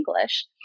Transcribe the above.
English